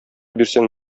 бирсәң